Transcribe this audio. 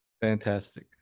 Fantastic